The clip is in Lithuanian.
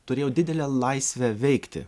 turėjau didelę laisvę veikti